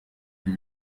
ibi